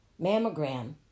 mammogram